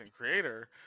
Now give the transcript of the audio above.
creator